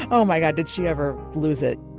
oh my god did she ever lose it.